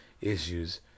issues